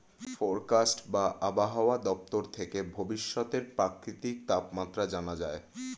forecast বা আবহাওয়া দপ্তর থেকে ভবিষ্যতের প্রাকৃতিক তাপমাত্রা জানা যায়